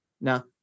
Now